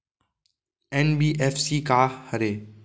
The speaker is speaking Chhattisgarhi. एन.बी.एफ.सी का हरे?